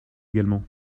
également